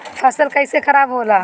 फसल कैसे खाराब होला?